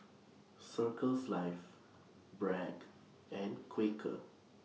Circles Life Bragg and Quaker